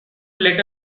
let